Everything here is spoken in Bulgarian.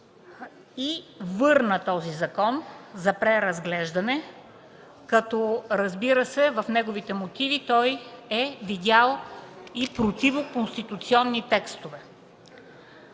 и върна този закон за преразглеждане като, разбира се, в неговите мотиви е посочил и противоконституционни текстове.